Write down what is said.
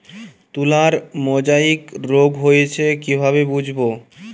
তুলার মোজাইক রোগ হয়েছে কিভাবে বুঝবো?